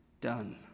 done